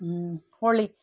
Holi